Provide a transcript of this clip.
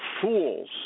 fools